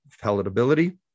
palatability